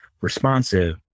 responsive